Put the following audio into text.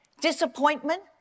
disappointment